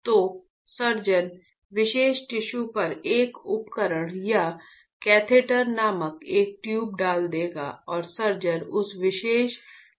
तो सर्जन विशेष टिश्यू पर एक उपकरण या कैथेटर नामक एक ट्यूब डाल देगा और सर्जन उस विशेष टिश्यू को जला देगा